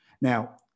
Now